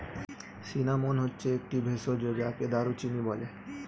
cinnamon হচ্ছে একটি ভেষজ যাকে দারুচিনি বলে